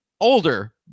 older